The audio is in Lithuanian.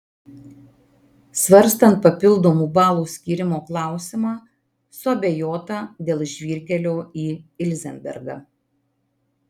svarstant papildomų balų skyrimo klausimą suabejota dėl žvyrkelio į ilzenbergą